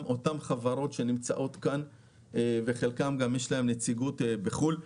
חברות שנמצאות כאן ושלחלקן יש גם נציגות בחו"ל,